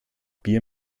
bier